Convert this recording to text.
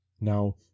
Now